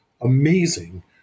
amazing